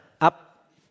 up